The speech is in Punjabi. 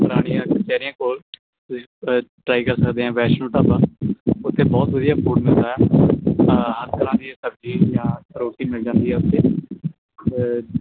ਪੁਰਾਣੀਆਂ ਕਚਹਿਰੀਆਂ ਕੋਲ ਟਰਾਈ ਕਰ ਸਕਦੇ ਆ ਵੈਸ਼ਨੋ ਢਾਬਾ ਉੱਥੇ ਬਹੁਤ ਵਧੀਆ ਫੂਡ ਮਿਲਦਾ ਹਰ ਤਰ੍ਹਾਂ ਦੀ ਸਬਜ਼ੀ ਰੋਟੀ ਮਿਲ ਜਾਂਦੀ ਹੈ ਉੱਥੇ